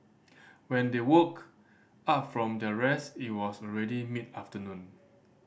when they woke up from their rest it was already mid afternoon